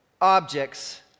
objects